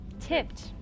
tipped